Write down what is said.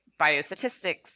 biostatistics